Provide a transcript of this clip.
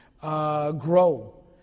Grow